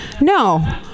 No